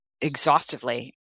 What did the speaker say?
exhaustively